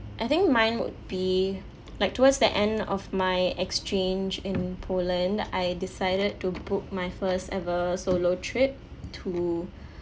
I think mine would be like towards the end of my exchange in poland I decided to book my first ever solo trip to